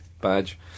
Badge